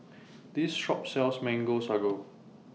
This Shop sells Mango Sago